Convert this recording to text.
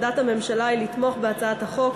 עמדת הממשלה היא לתמוך בהצעת החוק,